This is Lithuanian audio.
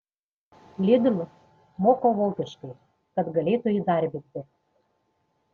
lidl moko vokiškai kad galėtų įdarbinti